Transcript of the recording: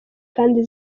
kandi